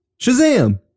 Shazam